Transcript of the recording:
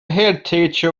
headteacher